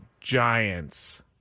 Giants